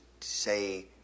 say